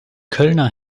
kölner